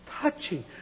touching